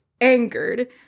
angered